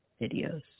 videos